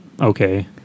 okay